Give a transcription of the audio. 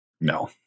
No